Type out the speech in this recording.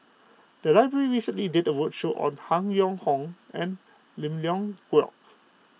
the library recently did a roadshow on Han Yong Hong and Lim Leong Geok